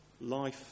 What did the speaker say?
Life